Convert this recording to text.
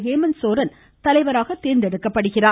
ஹேமந்த் சோரன் தலைவராக தேர்ந்தெடுக்கப்படுகிறார்